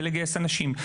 לגייס אנשים,